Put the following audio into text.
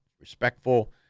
respectful